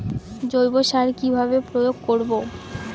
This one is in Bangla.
জৈব সার কি ভাবে প্রয়োগ করব?